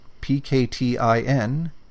pktin